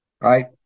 right